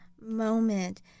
moment